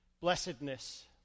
blessedness